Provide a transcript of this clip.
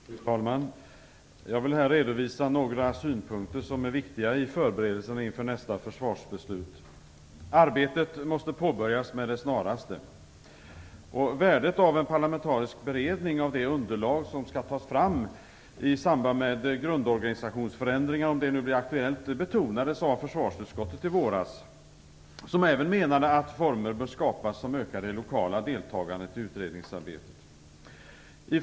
Fru talman! Jag vill här redovisa några synpunkter som är viktiga i förberedelserna inför nästa försvarsbeslut. Arbetet måste påbörjas snarast. Värdet av en parlamentarisk beredning av det underlag som skall tas fram i samband med grundorganisationsförändringar, om sådana blir aktuella, betonades av försvarsutskottet i våras, som även menade att former som ökar det lokala deltagandet i utredningsarbetet bör skapas.